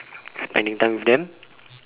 spending time with them